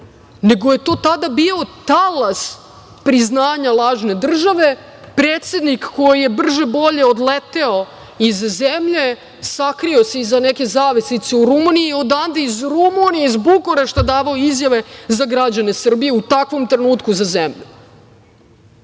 nego je to tada bio talas priznanja lažne države, predsednik koji je brže-bolje odleteo iz zemlje, sakrio se iza neke zavesice u Rumuniji i odande iz Rumunije, iz Bukurešta, davao izjave za građane Srbije u takvom trenutku za zemlju. Mi